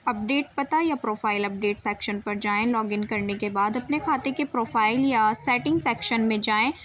update پتا یا profile update section پر جائیں لاگن کرنے کے بعد اپنے کھاتے کے پروفائل یا سیٹنگ سیکشن میں جائیں